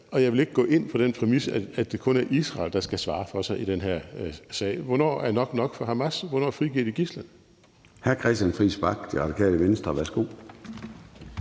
og jeg vil ikke gå ind på den præmis, at det kun er Israel, der skal svare for sig i den her sag. Hvornår er nok nok for Hamas? Hvornår frigiver de gidsler?